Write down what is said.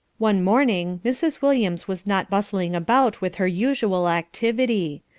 one morning mrs. williams was not bustling about with her usual activity.